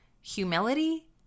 humility